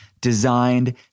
designed